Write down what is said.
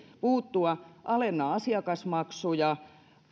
puuttua alenna asiakasmaksuja